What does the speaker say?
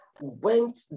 went